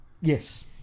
Yes